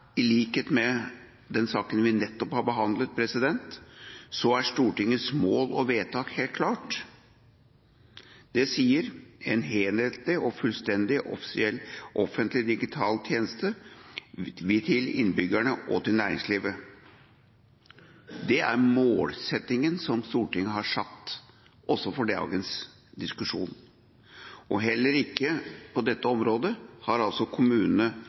i likhet med saken vi nettopp har behandlet, er Stortingets mål og vedtak helt klart. Det sier «helhetlige og fullstendige offentlige digitale tjenester til innbyggere og til næringsliv». Det er målsettingen som Stortinget har satt, også for dagens diskusjon. Heller ikke på dette området har kommunene